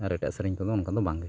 ᱟᱨ ᱮᱴᱟᱜ ᱥᱮᱨᱮᱧ ᱠᱚᱫᱚ ᱚᱱᱠᱟ ᱫᱚ ᱵᱟᱝᱜᱮ